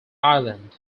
island